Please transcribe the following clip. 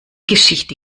geschichte